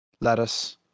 lettuce